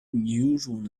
unusual